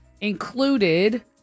included